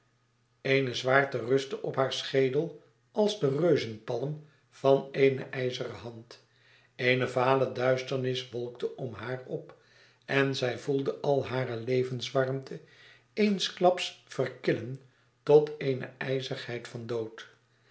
eene zwaarte rustte op haar schedel als de reuzenpalm van eene ijzeren hand eene vale duisternis wolkte om haar op en zij voelde al hare levenswarmte eensklaps verkillen tot eene ijzigheid van dood